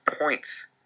points